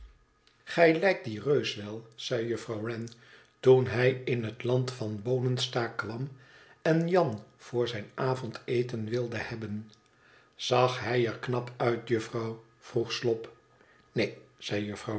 gij lijkt dien reus wel zei juffrouw wren toen hij in het land van boonenstaak kwam en jan voor zijn avondeten wilde hebben zag hij er knap uit juffrouw vroeg slop neen zei